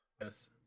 yes